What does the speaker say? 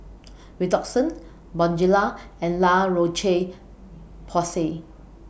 Redoxon Bonjela and La Roche Porsay